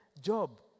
Job